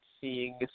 seeing